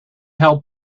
held